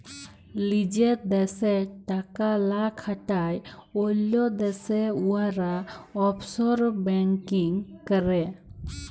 লিজের দ্যাশে টাকা লা খাটায় অল্য দ্যাশে উয়ারা অফশর ব্যাংকিং ক্যরে